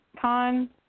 con